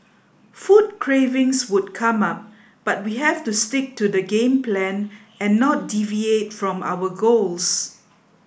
food cravings would come up but we have to stick to the game plan and not deviate from our goals